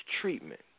treatment